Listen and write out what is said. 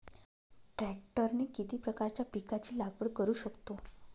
ट्रॅक्टरने किती प्रकारच्या पिकाची लागवड करु शकतो?